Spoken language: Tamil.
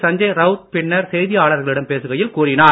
சஞ்சய் ரவுத் பின்னர் செய்தியாளர்களிடம் பேசுகையில் கூறினார்